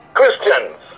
Christians